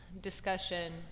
discussion